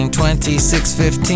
2615